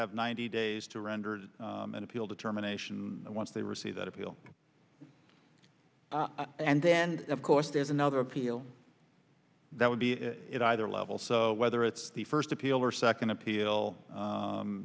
have ninety days to render an appeal determination once they receive that appeal and then of course there's another appeal that would be it either level so whether it's the first